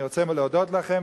אני רוצה להודות לכם,